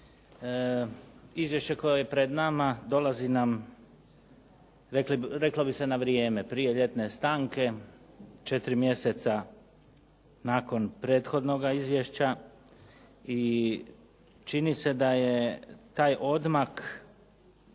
Izvješće koje je pred nama dolazi nam reklo bi se na vrijeme prije ljetne stanke četiri mjeseca nakon prethodnoga izvješća i čini se da je taj odmak